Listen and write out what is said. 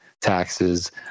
taxes